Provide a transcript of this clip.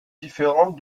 différentes